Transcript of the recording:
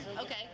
Okay